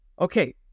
Okay